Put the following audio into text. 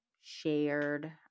shared